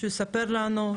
שהוא יספר לנו,